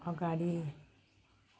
अगाडि